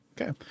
okay